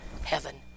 heaven